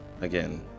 again